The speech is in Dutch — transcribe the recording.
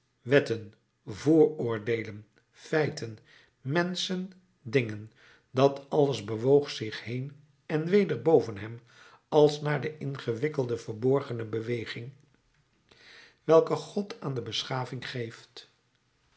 wetten vooroordeelen feiten menschen dingen dat alles bewoog zich heen en weder boven hem al naar de ingewikkelde verborgene beweging welke god aan de beschaving geeft